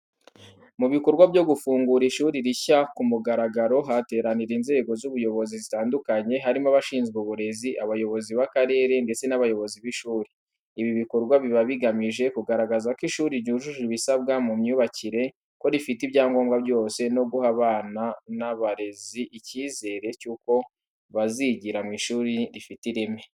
Mu bikorwa byo gufungura ishuri rishya ku mugaragaro hateranira inzego z'ubuyobozi zitandukanye, harimo abashinzwe uburezi, abayobozi b'akarere ndetse n'abayobozi b'ishuri. Ibi bikorwa biba bigamije kugaragaza ko ishuri ryujuje ibisabwa mu myubakire, ko rifite ibyangombwa byose, no guha abana n'abarezi icyizere cy'uko bazigira mu ishuri rifite ireme.